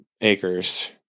acres